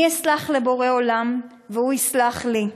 אני אסלח לבורא עולם, והוא יסלח לי,